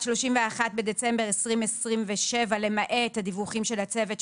31 בדצמבר 2027 למעט הדיווחים של הצוות,